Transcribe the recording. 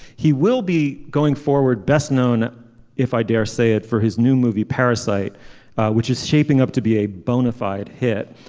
he will be going forward. best known if i dare say it for his new movie parasite which is shaping up to be a bona fide hit.